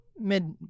mid